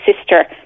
sister